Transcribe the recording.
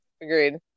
agreed